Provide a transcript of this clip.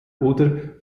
oder